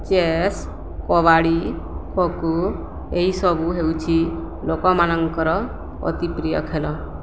chess kabaddi kho kho ଏହିସବୁ ହେଉଛି ଲୋକମାନଙ୍କର ଅତିପ୍ରିୟ ଖେଳ